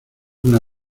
una